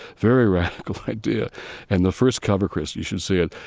very radical idea and the first cover, krista, you should see it.